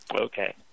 okay